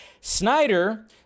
Snyder